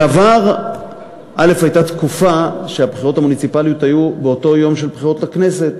בעבר הייתה תקופה שהבחירות המוניציפלית היו ביום הבחירות לכנסת.